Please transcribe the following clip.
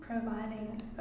Providing